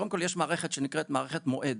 קודם כל יש מערכת שנקראת מערכת מועד,